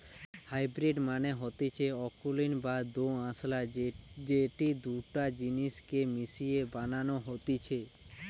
hybrid মানে হতিছে অকুলীন বা দোআঁশলা যেটি দুটা জিনিস কে মিশিয়ে বানানো হতিছে